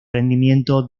rendimiento